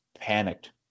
panicked